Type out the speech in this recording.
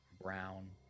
brown